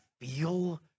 feel